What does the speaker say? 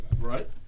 Right